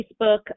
Facebook